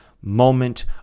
moment